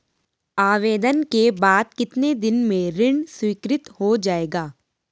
आवेदन के बाद कितने दिन में ऋण स्वीकृत हो जाएगा?